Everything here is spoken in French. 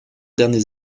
derniers